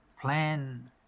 plan